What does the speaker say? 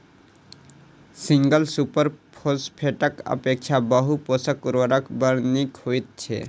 single super फौसफेटक अपेक्षा बहु पोषक उर्वरक बड़ नीक होइत छै